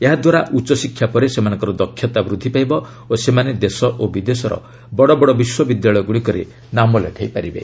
ଏହା ଦ୍ୱାରା ଉଚ୍ଚଶିକ୍ଷା ପରେ ସେମାନଙ୍କର ଦକ୍ଷତା ବୃଦ୍ଧି ପାଇବ ଓ ସେମାନେ ଦେଶ ଓ ବିଦେଶର ବଡ଼ବଡ଼ ବିଶ୍ୱବିଦ୍ୟାଳୟଗୁଡ଼ିକରେ ନାମ ଲେଖାଇ ପାରିବେ